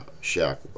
shack